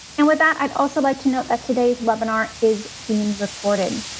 and with that, i'd also like to know that today's webinar is being recorded.